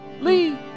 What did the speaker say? Lee